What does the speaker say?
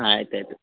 ಹಾಂ ಆಯ್ತು ಆಯಿತು